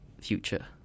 future